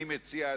אני מציע,